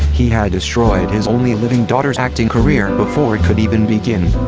he had destroyed his only living daughter's acting career before it could even begin.